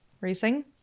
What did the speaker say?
Racing